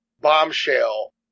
bombshell